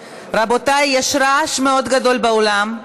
רבותיי, יש רעש מאוד גדול באולם.